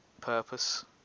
purpose